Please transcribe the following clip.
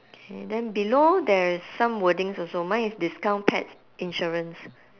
okay then below there is some wordings also mine is discount pet insurance